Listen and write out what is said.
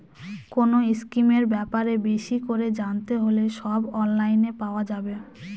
কোনো স্কিমের ব্যাপারে বেশি করে জানতে হলে সব অনলাইনে পাওয়া যাবে